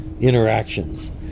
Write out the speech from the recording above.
interactions